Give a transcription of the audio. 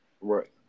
Right